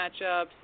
matchups